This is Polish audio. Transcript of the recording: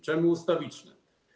Czemu ustawiczne?